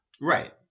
Right